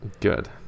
Good